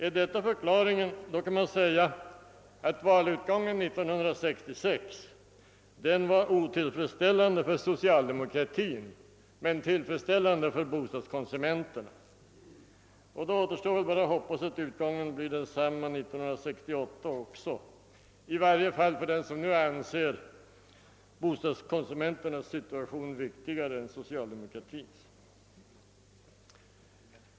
är det så, kan man säga att valutgången 1966 var ottilifredsställande för socialdemokratin men tillfredsställande för bostadskonsumenterna. Då återstår bara att hoppas att utgången blir densamma 1968 — det gäller i varje fall för den som nu anser bostadskonsumenternas situation viktigare än socialdemokratins.